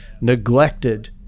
neglected